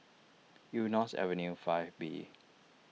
Eunos Avenue five B